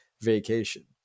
vacation